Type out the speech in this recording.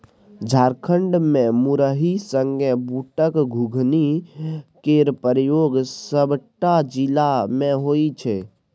झारखंड मे मुरही संगे बुटक घुघनी केर प्रयोग सबटा जिला मे होइ छै